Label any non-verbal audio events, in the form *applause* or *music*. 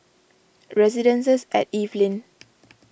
Residences at Evelyn *noise*